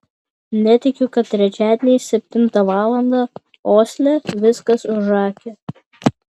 netikiu kad trečiadieniais septintą valandą osle viskas užakę